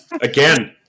Again